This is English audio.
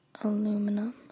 aluminum